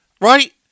Right